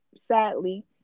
sadly